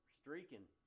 streaking